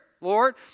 Lord